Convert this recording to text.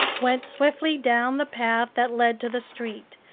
went swiftly down the path that led to the street,